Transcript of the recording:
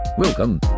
Welcome